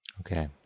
Okay